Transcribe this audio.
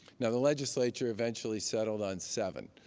now, the legislature eventually settled on seven,